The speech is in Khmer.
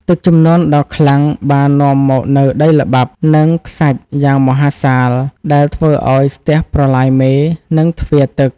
ទឹកជំនន់ដ៏ខ្លាំងបាននាំមកនូវដីល្បាប់ និងខ្សាច់យ៉ាងមហាសាលដែលធ្វើឱ្យស្ទះប្រឡាយមេ និងទ្វារទឹក។